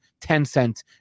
tencent